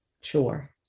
chore